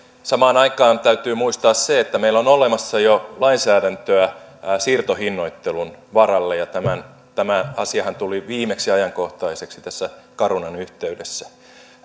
samaan aikaan täytyy muistaa se että meillä on olemassa jo lainsäädäntöä siirtohinnoittelun varalle tämä asiahan tuli viimeksi ajankohtaiseksi carunan yhteydessä